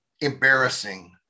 embarrassing